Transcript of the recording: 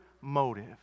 motive